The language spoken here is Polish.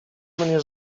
mnie